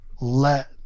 Let